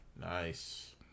Nice